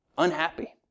Unhappy